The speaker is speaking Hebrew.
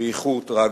באיחור טרגי.